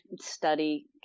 study